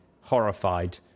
horrified